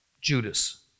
Judas